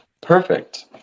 perfect